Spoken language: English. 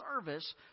service